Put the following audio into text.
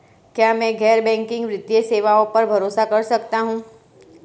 क्या मैं गैर बैंकिंग वित्तीय सेवाओं पर भरोसा कर सकता हूं?